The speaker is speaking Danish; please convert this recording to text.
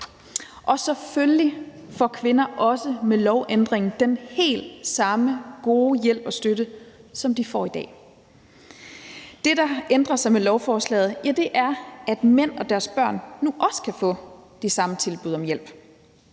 Og selvfølgelig får kvinder også med lovændringen den helt samme gode hjælp og støtte, som de får i dag. Det, der ændrer sig med lovforslaget, er, at mænd og deres børn nu også kan få de samme tilbud om hjælp,